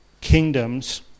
kingdoms